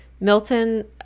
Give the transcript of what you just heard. Milton